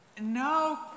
no